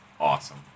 Awesome